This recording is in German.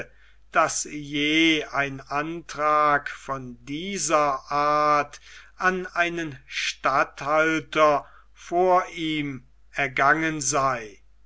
daß je ein antrag von dieser art an einen statthalter vor ihm ergangen sei